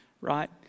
right